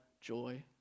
joy